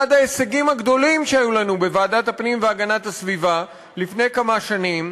אחד ההישגים הגדולים שהיו לנו בוועדת הפנים והגנת הסביבה לפני כמה שנים,